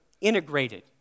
integrated